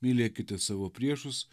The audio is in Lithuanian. mylėkite savo priešus